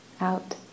out